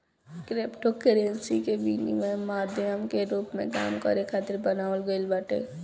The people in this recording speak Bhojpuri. क्रिप्टोकरेंसी के विनिमय माध्यम के रूप में काम करे खातिर बनावल गईल बाटे